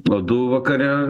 uodų vakare